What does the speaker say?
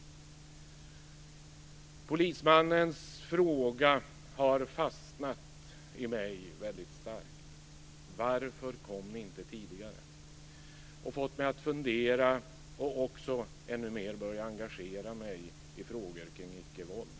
Polismannens fråga har väldigt starkt fastnat i mig - varför kom ni inte tidigare? Detta har fått mig att fundera och också ännu mer börja engagera mig i frågor kring icke-våld.